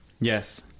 yes